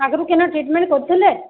ଆଗ୍ରୁ କେନ୍ ଟ୍ରିଟ୍ମେଣ୍ଟ୍ କରୁଥିଲେ